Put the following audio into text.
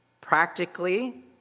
practically